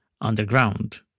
underground